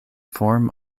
form